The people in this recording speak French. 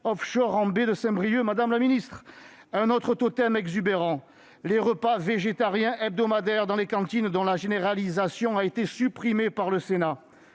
offshore en baie de Saint-Brieuc, madame la ministre. Autre totem exubérant : les repas végétariens hebdomadaires dans les cantines, dont la généralisation a été supprimée par le Sénat.